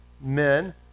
men